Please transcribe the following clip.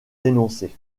dénoncé